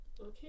Okay